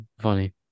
Funny